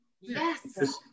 Yes